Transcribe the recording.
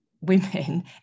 women